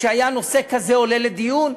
כשהיה נושא כזה עולה לדיון,